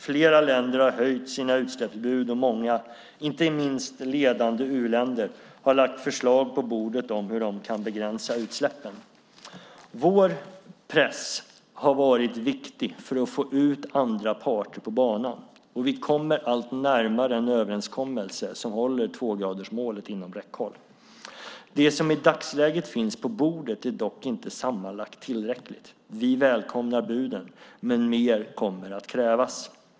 Flera länder har höjt sina utsläppsbud och många, inte minst ledande u-länder, har lagt förslag på bordet om hur de kan begränsa utsläppen. Vår press har varit viktig för att få ut andra parter på banan, och vi kommer allt närmare en överenskommelse som håller tvågradersmålet inom räckhåll. Det som i dagsläget finns på bordet är dock inte sammanlagt tillräckligt. Vi välkomnar buden, men mer kommer att krävas.